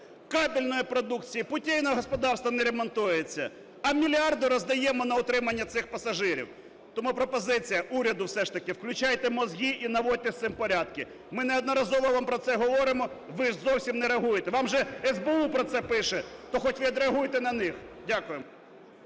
кабельної продукції, путійне господарство не ремонтується, а мільярди роздаємо на утримання цих пасажирів. Тому пропозиція: уряду, все ж таки включайте мозги і наводьте з цим порядки. Ми неодноразово про це говоримо, ви ж зовсім не реагуєте. Вам же СБУ про це пише, то хоч відреагуйте на них. Дякую.